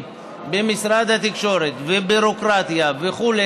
במשרד התקשורת וביורוקרטיה וכו'.